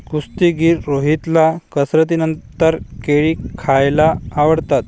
कुस्तीगीर रोहितला कसरतीनंतर केळी खायला आवडतात